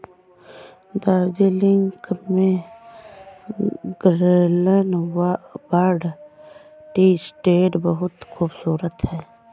दार्जिलिंग में Glenburn tea estate बहुत खूबसूरत है